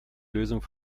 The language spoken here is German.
lösung